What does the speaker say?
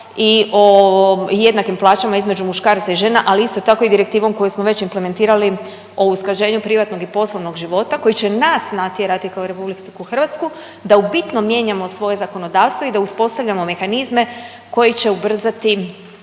i o jednakim plaćama između muškaraca i žena ali isto tako i direktivom koju smo već implementirali o usklađenju privatnog i poslovnog života koji će nas natjerati kao RH da u bitnom mijenjamo svoje zakonodavstvo i da uspostavljamo mehanizme koji će ubrzati